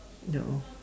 there oh